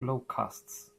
locusts